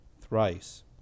thrice